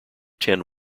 ten